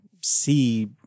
see